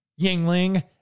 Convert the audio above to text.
Yingling